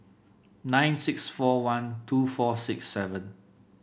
nine six four one two four six seven